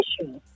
issues